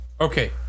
okay